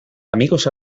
amigos